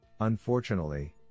Unfortunately